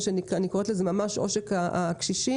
אני קוראת לזה ממש עושק הקשישים,